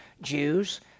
Jews